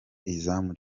izamu